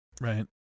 Right